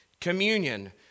Communion